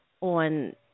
on